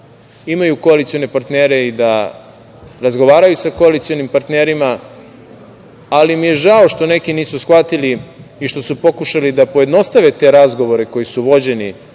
imaju koalicione partnere i razgovaraju sa koalicionim partnerima. Žao mi je što neki nisu shvatili, što su pokušali da pojednostave te razgovore koji su vođeni